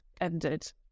ended